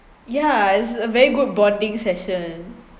yeah it's a very good bonding session